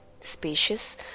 spacious